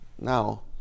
Now